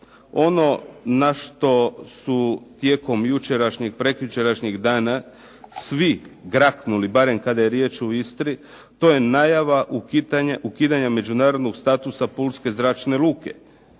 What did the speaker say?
ono na što su tijekom jučerašnjeg, prekjučerašnjeg dana svi graknuli barem kada je riječ u Istri. To je najava ukidanja međunarodnog statusa pulske zračne luke.